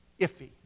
iffy